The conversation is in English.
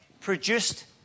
produced